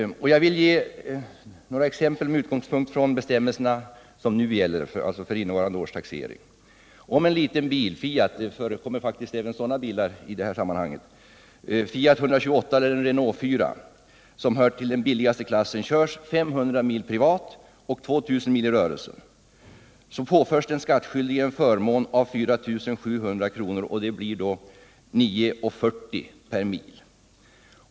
Jag vill ge några exempel med utgångspunkt från bestämmelserna för innevarande års taxering. Om en liten bil — det förekommer faktiskt även sådana bilar i det här sammanhanget — såsom Fiat 128 eller Renault 4, som hör till den billigaste klassen, körs 500 mil privat och 2 000 mil i rörelsen, påförs den skattskyldige en förmån av 4 700 kr., dvs. 9:40 per mil.